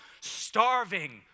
starving